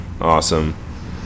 awesome